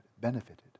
benefited